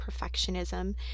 perfectionism